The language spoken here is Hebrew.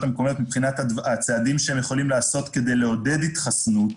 המקומיות מבחינת הצעדים שהן יכולות לעשות כדי לעודד התחסנות